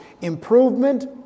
improvement